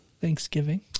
Thanksgiving